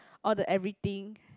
all the everything